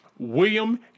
William